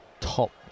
top